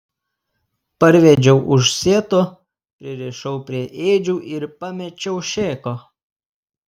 parvedžiau už sieto pririšau prie ėdžių ir pamečiau šėko